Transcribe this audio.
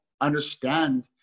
understand